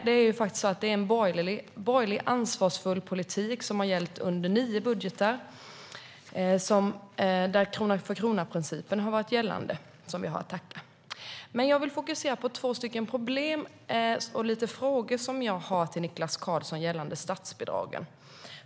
Det är i stället en borgerlig ansvarsfull politik, som har gällt i nio budgetar och där krona-för-krona-principen har varit gällande som vi har att tacka. Jag vill fokusera på två problem och några frågor som jag har till Niklas Karlsson gällande statsbidragen.